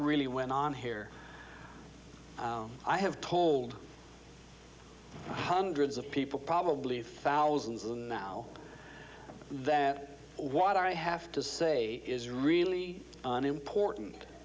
really went on here i have told hundreds of people probably thousands of them now that what i have to say is really unimportant